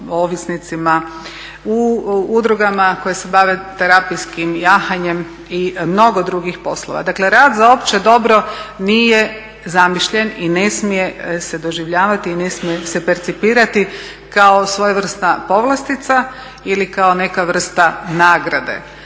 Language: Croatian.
ovisnicima u udrugama koje se bave terapijskim jahanjem i mnogo drugih poslova. Dakle, rad za opće dobro nije zamišljen i ne smije se doživljavati i ne smije se percipirati kao svojevrsna povlastica ili kao neka vrsta nagrade.